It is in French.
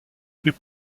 plus